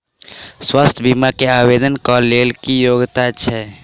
स्वास्थ्य बीमा केँ आवेदन कऽ लेल की योग्यता छै?